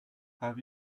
have